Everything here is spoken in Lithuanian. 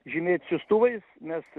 žymėti siųstuvais mes